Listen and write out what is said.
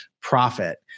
profit